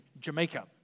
Jamaica